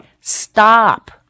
Stop